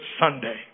Sunday